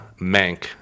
Mank